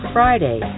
Friday